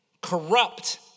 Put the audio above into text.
corrupt